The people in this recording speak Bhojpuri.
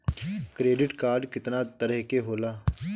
क्रेडिट कार्ड कितना तरह के होला?